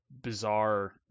bizarre